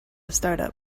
startup